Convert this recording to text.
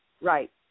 Right